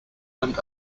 and